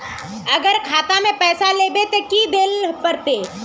अगर खाता में पैसा लेबे ते की की देल पड़ते?